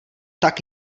tak